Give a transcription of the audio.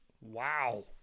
wow